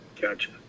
Gotcha